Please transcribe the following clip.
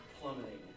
plummeting